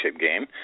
game